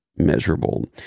measurable